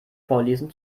vorlesen